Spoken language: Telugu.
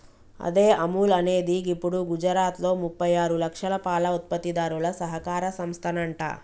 అదే అముల్ అనేది గిప్పుడు గుజరాత్లో ముప్పై ఆరు లక్షల పాల ఉత్పత్తిదారుల సహకార సంస్థనంట